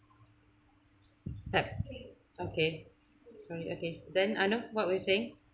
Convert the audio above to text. tap okay sorry okay then I know what we're saying